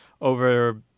over